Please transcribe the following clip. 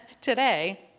today